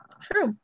True